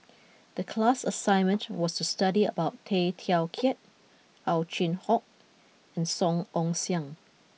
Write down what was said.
the class assignment was to study about Tay Teow Kiat Ow Chin Hock and Song Ong Siang